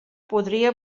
podria